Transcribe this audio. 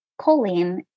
choline